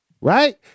right